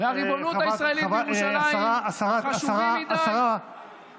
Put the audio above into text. והריבונות הישראלית בירושלים חשובה מכדי שנעשה עליהן,